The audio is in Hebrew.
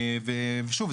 ושוב,